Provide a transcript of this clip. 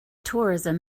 tourism